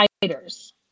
fighters